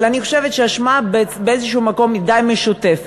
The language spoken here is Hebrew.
אבל אני חושבת שהאשמה באיזשהו מקום היא די משותפת.